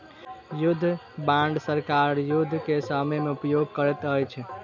युद्ध बांड सरकार युद्ध के समय में उपयोग करैत अछि